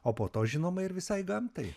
o po to žinoma ir visai gamtai